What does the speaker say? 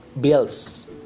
bills